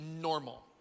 normal